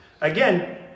Again